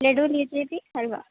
laddu jalebi halwa